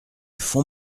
font